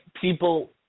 people